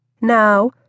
Now